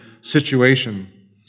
situation